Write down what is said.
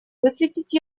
высветить